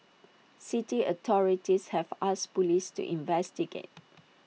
city authorities have asked Police to investigate